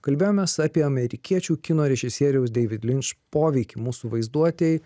kalbėjomės apie amerikiečių kino režisieriaus deivid linč poveikį mūsų vaizduotei